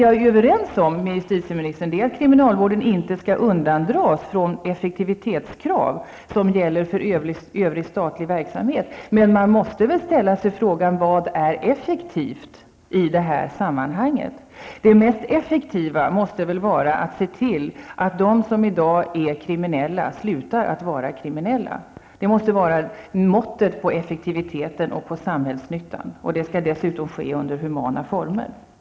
Jag är överens med justitieministern om att kriminalvården inte skall undantas från de effektivitetskrav som gäller för övrig statlig verksamhet. Men man måste ställa sig frågan: Vad är det som är effektivt i det här sammanhanget? Det mest effektiva borde väl vara att se till att de som i dag är kriminella slutar att vara det, vilket måste utgöra måttet på effektiviteten och på samhällsnyttan. Detta skall dessutom ske under humana former.